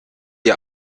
ihr